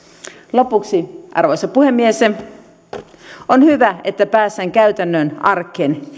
lopuksi arvoisa puhemies on hyvä että päästään käytännön arkeen